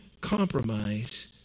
compromise